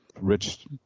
rich